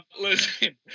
Listen